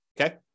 okay